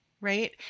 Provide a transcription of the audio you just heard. right